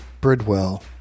Bridwell